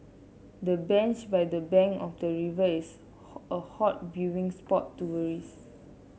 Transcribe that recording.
the bench by the bank of the river is a hot viewing spot tourists